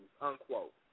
Unquote